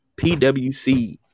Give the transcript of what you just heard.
PWC